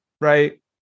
right